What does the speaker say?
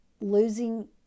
losing